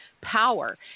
power